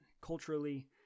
culturally